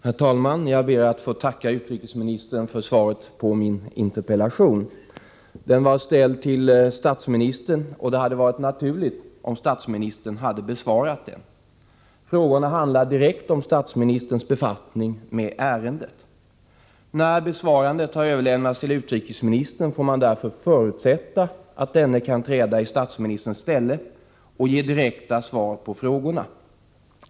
Herr talman! Jag ber att få tacka utrikesministern för svaret på min interpellation. Den var ställd till statsministern, och det hade varit naturligt om han hade besvarat den. Frågorna handlar direkt om statsministerns befattning med ärendet. När interpellationen har överlämnats till utrikesministern, får man förutsätta att denne kan träda i statsministerns ställe och ge direkta svar på frågorna.